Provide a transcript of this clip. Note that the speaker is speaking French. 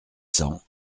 cents